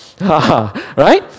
Right